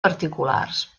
particulars